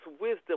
wisdom